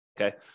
Okay